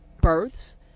births